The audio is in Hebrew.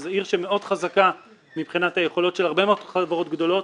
זאת עיר מאוד חזקה מבחינת היכולות של הרבה מאוד חברות גדולות,